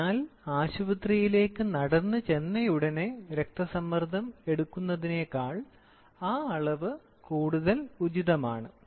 അതിനാൽ ആശുപത്രിയിലേക്ക് നടന്ന് ചെന്നയുടനെ രക്തസമ്മർദ്ദം എടുക്കുന്നതിനേക്കാൾ ആ അളവ് കൂടുതൽ ഉചിതമാണ്